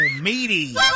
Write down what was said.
meaty